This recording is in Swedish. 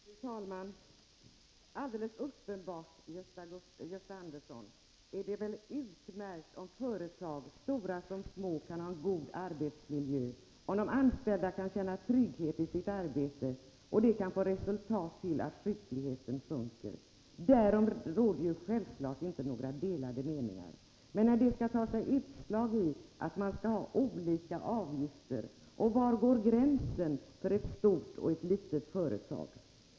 Fru talman! Alldeles uppenbart, Gösta Andersson, är det utmärkt om företag, stora som små, kan ha en god arbetsmiljö, om de anställda kan känna trygghet i sitt arbete och detta kan få till resultat att sjukligheten sjunker. Därom råder självfallet inte några delade meningar. Men när det skall ta sig uttryck i att man skall ha olika avgifter, måste jag reagera. Och var går gränsen för ett stort och ett litet företag?